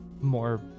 more